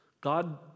God